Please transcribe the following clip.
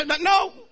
no